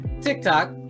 TikTok